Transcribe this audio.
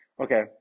Okay